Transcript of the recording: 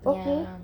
okay